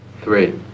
three